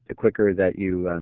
ah quicker that you